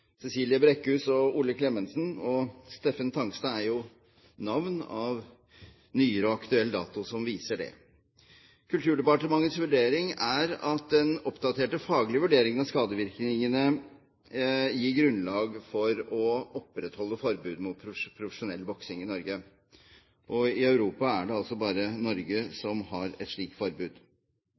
Ole Klemetsen og Steffen Tangstad er navn av nyere og aktuell dato som viser det. Kulturdepartementets vurdering er at den oppdaterte faglige vurderingen av skadevirkningene gir grunnlag for å opprettholde forbudet mot profesjonell boksing i Norge. I Europa er det bare Norge som har et slikt forbud.